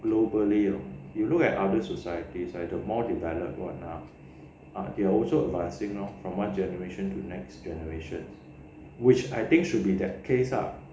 globally ah you look at other societies like the more developed [one] ah they are also advancing from one generation to the next generation which I think should be the case ah